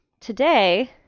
today